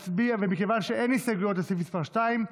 ומכיוון שאין הסתייגויות לסעיף מס' 2,